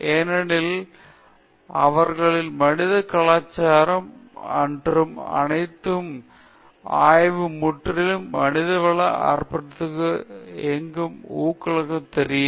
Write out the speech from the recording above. ஏனெனில் அவர்கள் மனித கலாச்சாரம் மற்றும் அனைத்து ஆய்வு முற்றிலும் மனிதவளத்திற்கு அர்ப்பணிக்கப்பட்ட ஒன்று என்று உங்களுக்கு தெரியும்